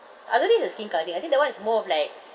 I don't think it's the skin colour thing I think that [one] is more of like